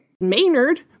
Maynard